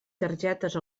targetes